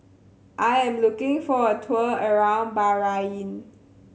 I am looking for a tour around Bahrain